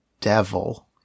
devil